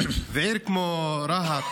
ועיר כמו רהט,